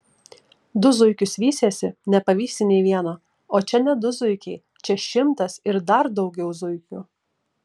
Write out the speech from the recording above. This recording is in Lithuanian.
du zuikius vysiesi nepavysi nė vieno o čia ne du zuikiai čia šimtas ir dar daugiau zuikių